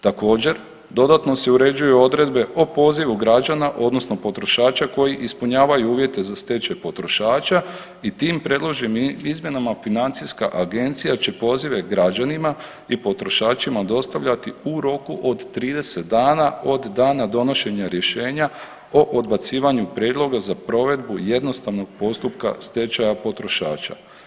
Također, dodatno se uređuju odredbe o pozivu građana odnosno potrošača koji ispunjavaju uvjete za stečaj potrošača i tim predloženim izmjenama FINA će pozive građanima i potrošačima dostavljati u roku od 30 dana od dana donošenja rješenja o odbacivanju prijedloga za provedbu jednostavnog postupka stečaja potrošača.